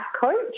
coach